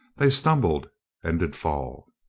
they stumbled and did fall.